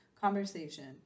conversation